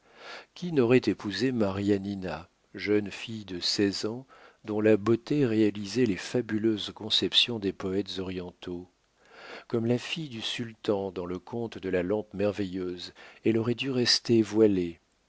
qui n'aurait épousé marianina jeune fille de seize ans dont la beauté réalisait les fabuleuses conceptions des poètes orientaux comme la fille du sultan dans le conte de la lampe merveilleuse elle aurait dû rester voilée